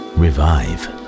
revive